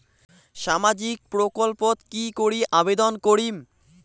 সামাজিক প্রকল্পত কি করি আবেদন করিম?